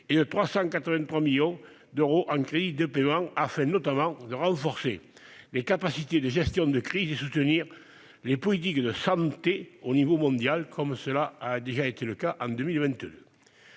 et de 383,1 millions d'euros en crédits de paiement, afin notamment de renforcer les capacités de gestion de crise et de soutenir les politiques de santé au niveau mondial, comme cela était déjà le cas en 2022.